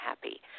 happy